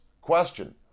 Question